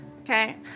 okay